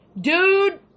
dude